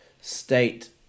state